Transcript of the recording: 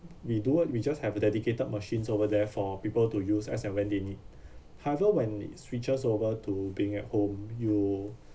we do what we just have dedicated machines over there for people to use as and when they need however when it switches over to being at home you